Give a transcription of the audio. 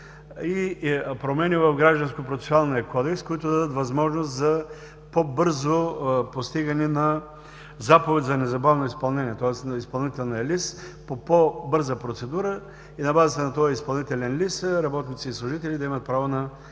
и промени в Гражданско-процесуалния кодекс, които да дадат възможност за по-бързо постигане на заповед за незабавно изпълнение, тоест на изпълнителния лист по по-бърза процедура и на базата на този изпълнителен лист работници и служители да имат право на